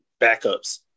backups